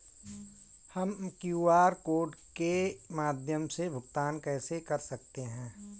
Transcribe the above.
हम QR code के माध्यम से भुगतान कैसे कर सकते हैं?